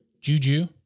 Juju